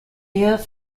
ade